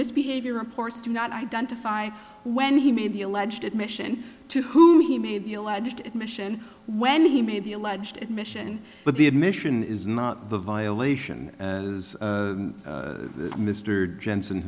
misbehavior reports do not identify when he made the alleged admission to whom he made the alleged admission when he made the alleged admission but the admission is not a violation as mr jensen